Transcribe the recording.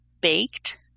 baked